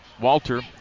Walter